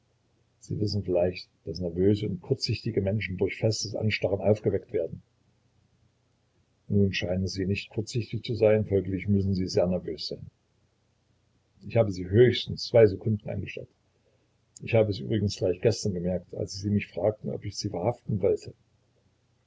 sie wissen vielleicht daß nervöse und kurzsichtige menschen durch festes anstarren aufgeweckt werden nun scheinen sie nicht kurzsichtig zu sein folglich müssen sie sehr nervös sein ich habe sie höchstens zwei sekunden angestarrt ich habe es übrigens gleich gestern gemerkt als sie mich fragten ob ich sie verhaften wollte